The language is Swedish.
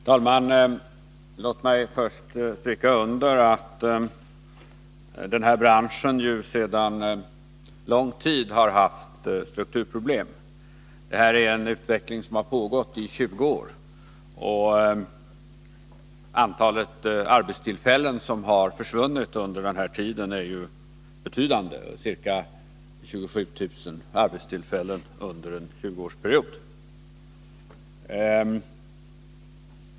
Herr talman! Låt mig först stryka under att tekobranschen sedan lång tid har haft strukturproblem. Det är en utveckling som har pågått i 20 år. Antalet arbetstillfällen som har försvunnit är betydande, ca 27000 under en 20-årsperiod.